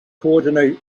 coordinate